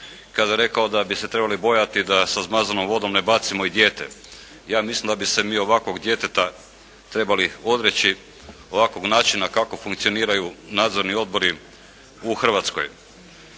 kada je rekao da bi se trebali bojati da sa zmazanom vodom ne bacimo i dijete. Ja mislim da bi se mi ovakvog djeteta trebali odreći, ovakvog načina kako funkcioniraju nadzorni odbori u Hrvatskoj.